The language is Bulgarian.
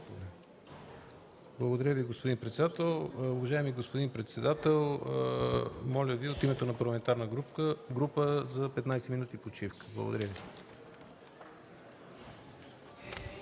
Благодаря Ви, господин председател. Уважаеми господин председател, моля Ви от името на парламентарна група за 15 минути почивка. Благодаря Ви.